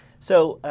so,